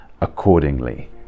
accordingly